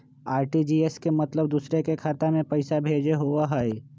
RTGS के मतलब दूसरे के खाता में पईसा भेजे होअ हई?